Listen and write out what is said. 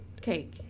Cake